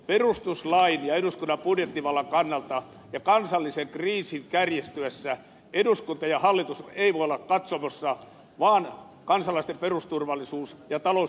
perustuslain ja eduskunnan budjettivallan kannalta ja kansallisen kriisin kärjistyessä eduskunta ja hallitus eivät voi olla katsomossa vaan kansalaisten perusturvallisuus ja talous edellyttävät toimia